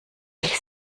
ich